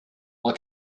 why